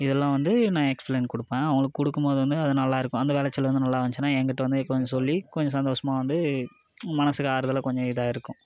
இதெல்லாம் வந்து நான் எக்ஸ்பிளெயின் கொடுப்பேன் அவங்களுக்கு கொடுக்கும் போது வந்து அது நல்லாயிருக்கும் அந்த விளைச்சல் வந்து நல்லா வந்துச்சினா எங்ககிட்ட வந்து கொஞ்சம் சொல்லி கொஞ்சம் சந்தோஷமாக வந்து மனசுக்கு ஆறுதலாக கொஞ்சம் இதாக இருக்கும்